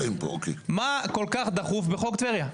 מה כל כך דחוף בחוק טבריה?